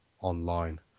online